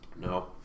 No